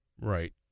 Right